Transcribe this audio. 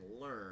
learn